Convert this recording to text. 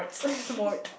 smart